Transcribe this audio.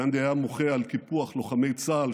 גנדי היה מוחה על קיפוח לוחמי צה"ל,